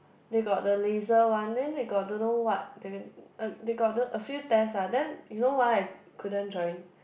they got the laser one then they got don't know what the they got a few test ah you know why I couldn't join